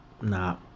nah